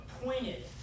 appointed